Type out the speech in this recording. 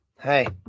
Hey